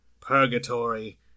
Purgatory